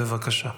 בבקשה.